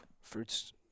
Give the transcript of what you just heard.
fruits